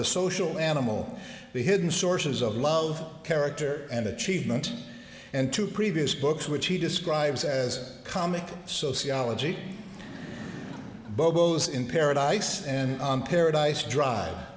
the social animal the hidden sources of love character and achievement and two previous books which he describes as comic sociology bobos in paradise and on paradise drive